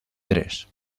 tres